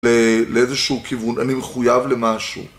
לאיזשהו כיוון. אני מחויב למשהו.